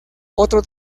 otro